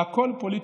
הכול פוליטיקה.